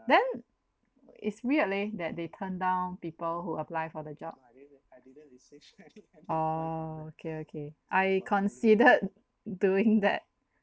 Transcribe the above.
then it's weird leh that they turned down people who apply for the job oh okay okay I considered doing that